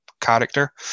character